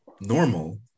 normal